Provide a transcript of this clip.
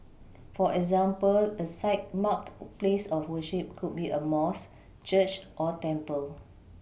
for example a site marked place of worship could be a mosque church or temple